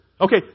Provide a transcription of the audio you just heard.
Okay